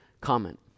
comment